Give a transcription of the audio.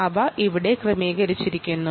അവ ഇവിടെ ക്രമീകരിച്ചിരിക്കുന്നു